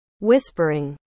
Whispering